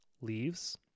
leaves